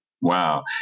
Wow